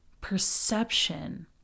perception